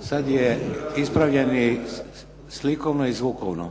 Sada je ispravljeni slikovno i zvukovno.